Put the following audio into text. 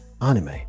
anime